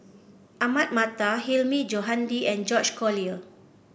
Ahmad Mattar Hilmi Johandi and George Collyer